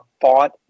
fought